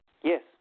Yes